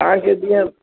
हा पेटीएम